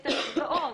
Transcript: את הנפגעות,